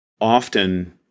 often